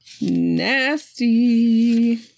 Nasty